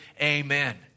amen